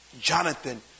Jonathan